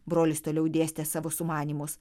brolis toliau dėstė savo sumanymus